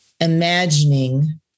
imagining